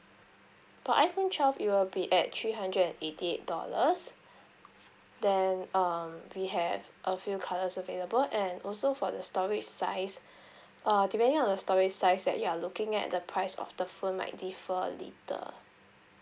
but iPhone twelve it will be at three hundred and eighty eight dollars then um we have a few colours available and also for the storage size err depending on the storage size that you are looking at the price of the phone might differ a little